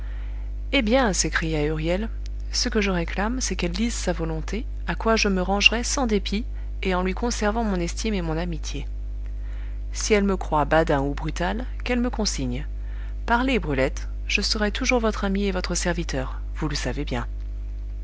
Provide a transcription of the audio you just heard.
eh bien s'écria huriel ce que je réclame c'est qu'elle dise sa volonté à quoi je me rangerai sans dépit et en lui conservant mon estime et mon amitié si elle me croit badin ou brutal qu'elle me consigne parlez brulette je serai toujours votre ami et votre serviteur vous le savez bien